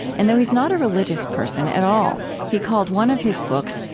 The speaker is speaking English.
and though he is not a religious person at all, he called one of his books,